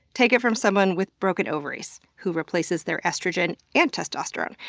take it from someone with broken ovaries who replaces their estrogen and testosterone.